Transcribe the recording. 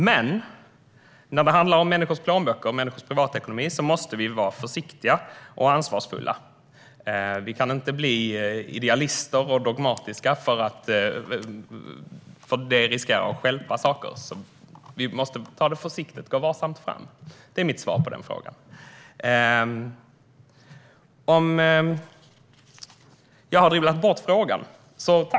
Men när det handlar om människors plånböcker och människors privatekonomi måste vi vara försiktiga och ansvarsfulla. Vi kan inte bli idealister och dogmatiska. Det riskerar att stjälpa saker. Vi måste därför ta det försiktigt och gå varsamt fram. Det är mitt svar på den frågan. Den andra frågan har jag dribblat bort.